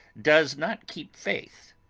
does not keep faith.